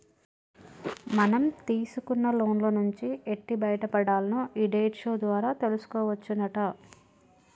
మనం తీసుకున్న లోన్ల నుంచి ఎట్టి బయటపడాల్నో ఈ డెట్ షో ద్వారా తెలుసుకోవచ్చునట